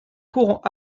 courants